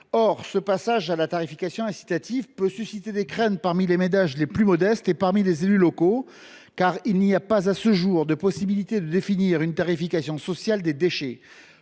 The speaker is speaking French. Or ce passage à la tarification incitative peut susciter des craintes parmi les ménages les plus modestes et les élus locaux, car il n’y a pas à ce jour de possibilité de définir une tarification sociale des déchets.